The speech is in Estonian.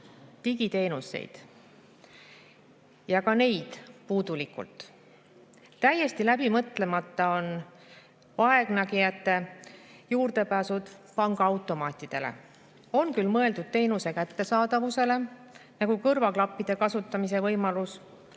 digiteenuseid, ja ka neid puudulikult. Täiesti läbi mõtlemata on vaegnägijate juurdepääs pangaautomaatidele. On küll mõeldud teenuse kättesaadavusele, nagu kõrvaklappide kasutamise võimalus,